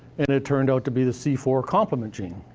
and it turned out to be the c four complement gene.